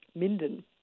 Minden